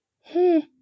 hey